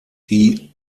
die